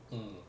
mm